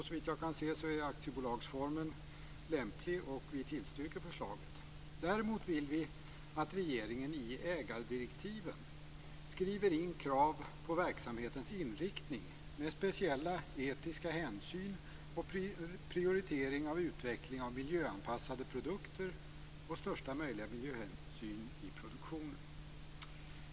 Såvitt jag kan se är aktiebolagsformen lämplig, och vi tillstyrker förslaget. Däremot vill vi att regeringen i ägardirektiven skriver in krav på verksamhetens inriktning med speciella etiska hänsyn och prioritering av utveckling av miljöanpassade produkter och största möjliga miljöhänsyn i produktionen.